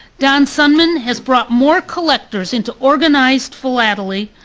don sundman has brought more collectors into organized philately,